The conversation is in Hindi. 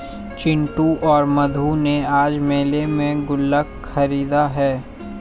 चिंटू और मधु ने आज मेले में गुल्लक खरीदा है